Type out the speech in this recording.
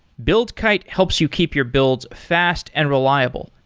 buildkite helps you keep your builds fast and reliable,